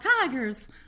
tigers